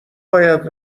باید